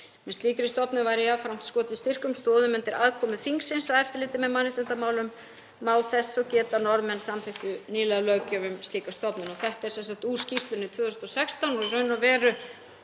Með slíkri stofnun væri jafnframt skotið styrkum stoðum undir aðkomu þingsins að eftirliti með mannréttindamálum. Má þess og geta að Norðmenn samþykktu nýlega löggjöf um slíka stofnun.“ Þetta er sem sagt úr skýrslunni 2016 og í raun og veru